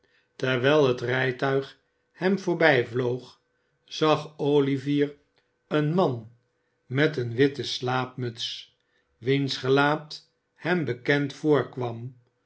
terwijl het rijtuig hem voorbijvloog zag olivier een man met eene witte slaapmuts wiens gelaat hem bekend voorkwam